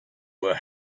were